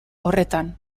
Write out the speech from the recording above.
horretan